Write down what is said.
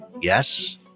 Yes